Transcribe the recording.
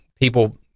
people